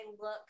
look